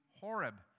Horeb